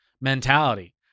mentality